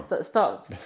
start